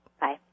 Bye